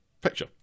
picture